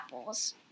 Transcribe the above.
apples